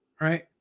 Right